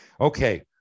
Okay